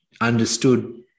understood